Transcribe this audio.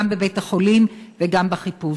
גם בבית-החולים וגם בחיפוש.